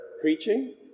preaching